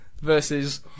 versus